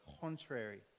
contrary